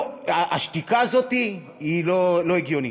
השתיקה הזאת היא לא הגיונית.